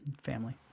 family